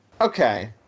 Okay